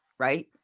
right